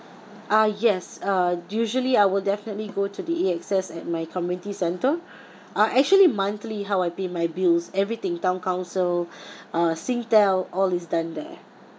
ah yes uh usually I will definitely go to the A_X_S at my community centre uh actually monthly how I pay my bills everything town council uh singtel all is done there